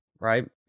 right